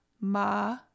ma